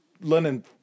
Lenin